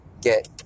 get